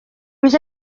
was